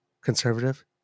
conservative